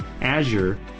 Azure